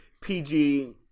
PG